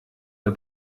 der